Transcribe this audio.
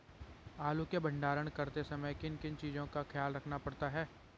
आलू के भंडारण करते समय किन किन चीज़ों का ख्याल रखना पड़ता है?